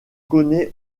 connaît